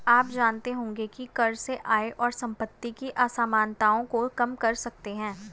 आप जानते होंगे की कर से आय और सम्पति की असमनताओं को कम कर सकते है?